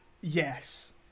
Yes